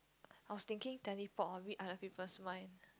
I was thinking teleport of it and the people smile